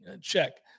Check